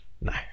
No